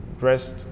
rest